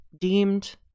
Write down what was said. deemed